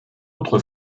autre